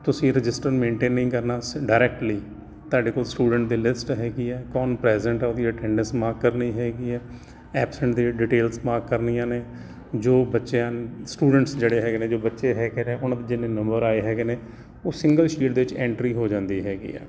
ਤੁਸੀਂ register maintain ਨਹੀਂ ਕਰਨਾ ਸਿ ਡਾਇਰੈਕਟਲੀ ਤੁਹਾਡੇ ਕੋਲ ਸਟੂਡੈਂਟ ਦੀ ਲਿਸਟ ਹੈਗੀ ਹੈ ਕੌਣ ਪ੍ਰੈਜੈਂਟ ਆ ਉਹਦੀ ਅਟੈਨਡੈਂਸ ਮਾਰਕ ਕਰਨੀ ਹੈਗੀ ਹੈ ਐਬਸੈਂਟ ਦੀ ਡੀਟੇਲਸ ਮਾਰਕ ਕਰਨੀਆਂ ਨੇ ਜੋ ਬੱਚਿਆਂ ਸਟੂਡੈਂਟਸ ਜਿਹੜੇ ਹੈਗੇ ਨੇ ਜੋ ਬੱਚੇ ਹੈਗੇ ਨੇ ਉਹਨਾਂ ਦੇ ਜਿੰਨੇ ਨੰਬਰ ਆਏ ਹੈਗੇ ਨੇ ਉਹ ਸਿੰਗਲ ਸ਼ੀਟ ਦੇ ਵਿੱਚ ਐਂਟਰੀ ਹੋ ਜਾਂਦੀ ਹੈਗੀ ਆ